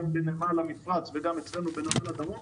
גם בנמל המפרץ וגם אצלנו בנמל הדרום